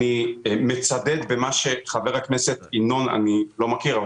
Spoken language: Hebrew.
אני מצדד במה שחבר הכנסת ינון אזולאי אמר